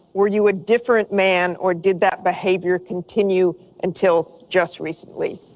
were you a different man or did that behavior continue until just recently?